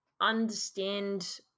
understand